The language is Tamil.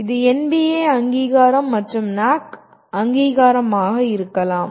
இது NBA அங்கீகாரம் மற்றும் NAAC அங்கீகாரமாக இருக்கலாம்